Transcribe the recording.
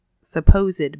supposed